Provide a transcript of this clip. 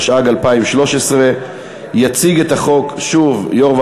התשע"ג 2013. יציג את החוק שוב יושב-ראש